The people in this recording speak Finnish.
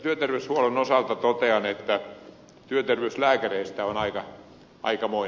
työterveyshuollon osalta totean että työterveyslääkäreistä on aikamoinen pula